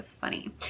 funny